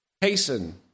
hasten